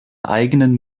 eigenen